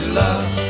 love